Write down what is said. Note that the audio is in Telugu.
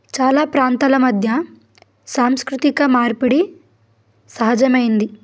చాలా ప్రాంతాల మధ్య సాంస్కృతిక మార్పిడి సహజమైంది